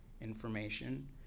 information